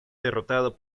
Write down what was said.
derrotado